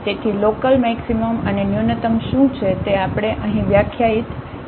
તેથી લોકલમેક્સિમમ અને ન્યુનત્તમ શું છે તે આપણે અહીં વ્યાખ્યાયિત કરીશું